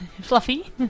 fluffy